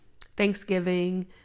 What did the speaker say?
Thanksgiving